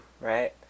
right